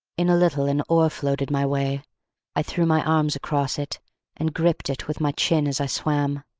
in a little an oar floated my way i threw my arms across it and gripped it with my chin as i swam.